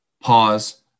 pause